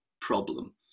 problem